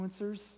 influencers